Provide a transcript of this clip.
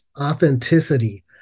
authenticity